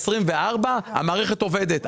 2024 המערכת עובדת.